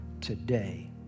Today